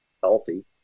healthy